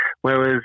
Whereas